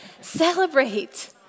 Celebrate